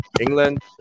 England